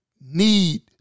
need